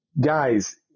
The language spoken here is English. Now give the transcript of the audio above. Guys